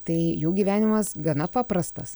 tai jų gyvenimas gana paprastas